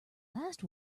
last